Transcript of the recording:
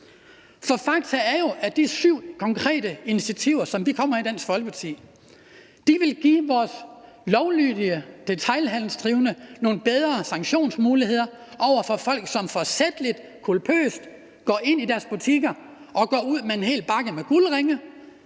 For fakta er jo, at de syv konkrete initiativer, som vi kommer med i Dansk Folkeparti, vil give vores lovlydige detailhandelsdrivende nogle bedre sanktionsmuligheder over for folk, som forsætligt og culpøst går ind i deres butikker og går ud med en hel bakke med guldringe,